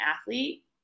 athlete